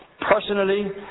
personally